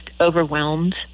overwhelmed